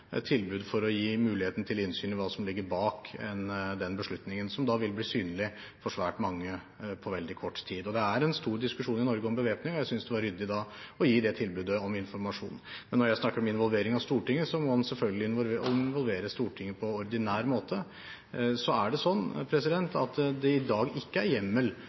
innsyn i hva som ligger bak beslutningen, som vil bli synlig for svært mange på veldig kort tid. Det er en stor diskusjon i Norge om bevæpning, og jeg synes det da var ryddig å gi det tilbudet om informasjon. Men når jeg snakker om involvering av Stortinget, så må en selvfølgelig involvere Stortinget på ordinær måte. Så er det sånn at det i dag ikke er hjemmel